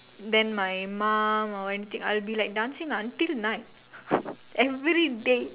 then my mum or anything I'll be like dancing until night every day